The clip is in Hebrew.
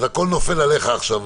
והכול נופל עליך עכשיו.